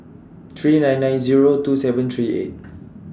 three nine nine Zero two seven three eight